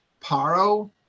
Paro